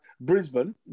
Brisbane